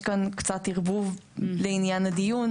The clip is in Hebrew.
יש כאן קצת ערבוב לעניין הדיון,